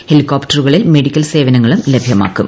ഹെലികോപ്റ്ററുകളിൽ medical സേവനങ്ങളും ലഭ്യമാക്കും